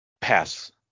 pass